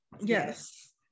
Yes